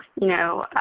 you know,